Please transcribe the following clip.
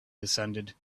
descended